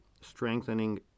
strengthening